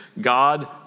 God